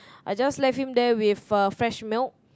I just left him there with uh fresh milk